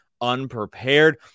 unprepared